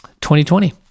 2020